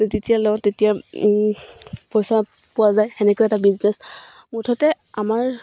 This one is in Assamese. তেতিয়া লওঁ তেতিয়া পইচা পোৱা যায় তেনেকৈও এটা বিজনেছ মুঠতে আমাৰ